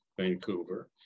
Vancouver